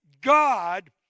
God